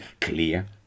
clear